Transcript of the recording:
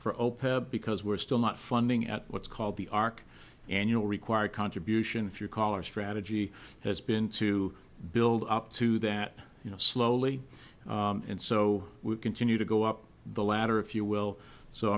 for opec because we're still not funding at what's called the arc annual required contribution if you're color strategy has been to build up to that you know slowly and so we continue to go up the ladder if you will so